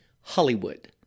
Hollywood